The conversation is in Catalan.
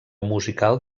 musical